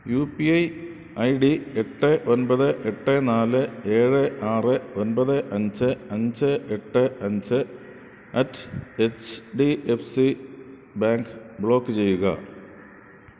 U P I I D എട്ട് ഒൻപത് എട്ട് നാല് ഏഴ് ആറ് ഒൻപത് അഞ്ച് അഞ്ച് എട്ട് അഞ്ച് at H D F C bank block ചെയ്യുക